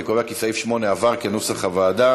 אני קובע כי סעיף 8 התקבל כנוסח הוועדה.